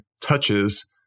touches